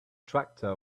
tractor